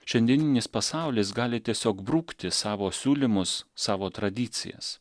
šiandieninis pasaulis gali tiesiog brukti savo siūlymus savo tradicijas